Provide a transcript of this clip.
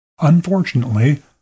Unfortunately